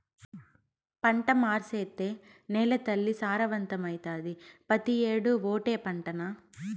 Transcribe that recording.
పంట మార్సేత్తే నేలతల్లి సారవంతమైతాది, పెతీ ఏడూ ఓటే పంటనా